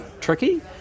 tricky